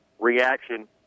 Reaction